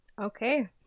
Okay